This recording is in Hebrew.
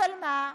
אבל מה,